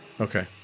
Okay